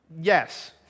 Yes